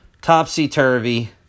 topsy-turvy